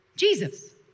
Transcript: Jesus